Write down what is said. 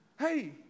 hey